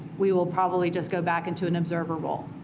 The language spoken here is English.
we will probably just go back into an observer role.